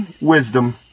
wisdom